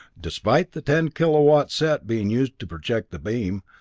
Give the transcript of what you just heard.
despite the ten-kilowatt set being used to project the beam,